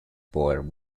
boer